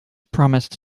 promised